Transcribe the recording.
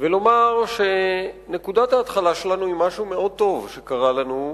ולומר שנקודת ההתחלה שלנו היא משהו מאוד טוב שקרה לנו,